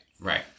right